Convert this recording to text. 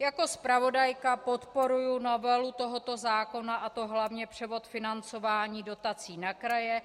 Jako zpravodajka podporuji novelu tohoto zákona, a to hlavně převod financování dotací na kraje.